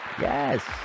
Yes